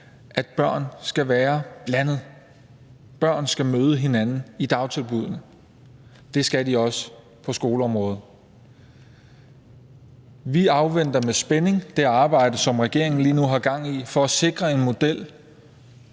at børn skal blandes, at børn skal møde hinanden i dagtilbuddene. Det skal de også på skoleområdet. Vi afventer med spænding det arbejde, som regeringen lige nu har gang i for at sikre en model,